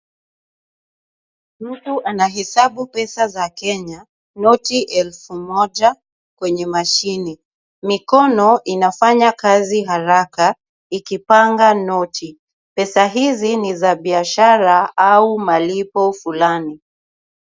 Mtu anahesabu pesa za Kenya noti elfu moja kwenye mashine. Mikono inafanya kazi haraka ikipanga noti. Pesa hizi ni za biashara au malipo fulani.